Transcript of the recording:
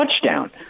touchdown